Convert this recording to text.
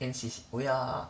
N_C_C oh yeah